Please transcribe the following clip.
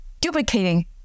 duplicating